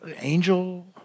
Angel